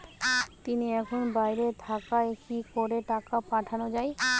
তিনি এখন বাইরে থাকায় কি করে টাকা পাঠানো য়ায়?